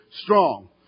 strong